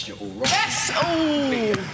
Yes